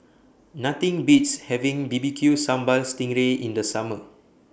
Nothing Beats having B B Q Sambal Sting Ray in The Summer